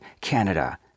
Canada